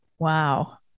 Wow